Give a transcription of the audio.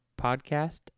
podcast